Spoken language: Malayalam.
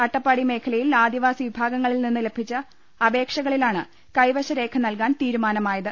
അട്ടപ്പാടി മേഖലയിൽ ആദിവാസി വിഭാഗങ്ങളിൽ നിന്ന് ലഭിച്ച അപേക്ഷകളിലാണ് കൈവശ രേഖ നൽകാൻ തീരുമാനമായത്